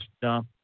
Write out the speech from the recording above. jump